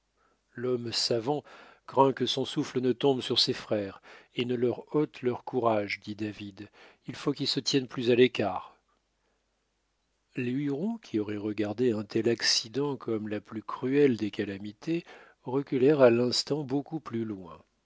l'homme savant craint que son souffle ne tombe sur ses frères et ne leur ôte leur courage dit david il faut qu'ils se tiennent plus à l'écart les hurons qui auraient regardé un tel accident comme la plus cruelle des calamités reculèrent à l'instant beaucoup plus loin